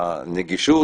הנגישות